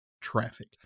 traffic